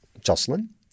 Jocelyn